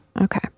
Okay